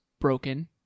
broken